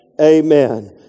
amen